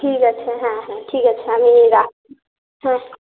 ঠিক আছে হ্যাঁ হ্যাঁ ঠিক আছে আমি রাখছি হ্যাঁ